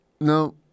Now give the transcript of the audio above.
No